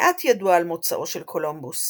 מעט ידוע על מוצאו של קולומבוס.